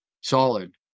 solid